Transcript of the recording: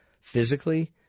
physically